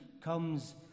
comes